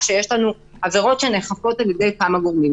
כשיש לנו עברות שנאכפות על ידי כמה גורמים,